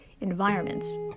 environments